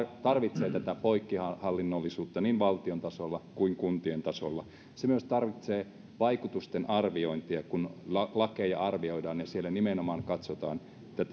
tarvitsee tätä poikkihallinnollisuutta niin valtion tasolla kuin kuntien tasolla se tarvitsee myös vaikutusten arviointia kun lakeja arvioidaan että siellä nimenomaan katsotaan